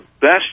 best